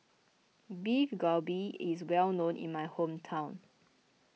Beef Galbi is well known in my hometown